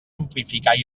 amplificar